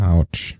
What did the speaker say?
Ouch